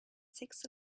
six